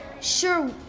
sure